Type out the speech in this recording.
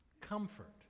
Comfort